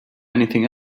anything